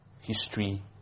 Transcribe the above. history